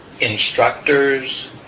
instructors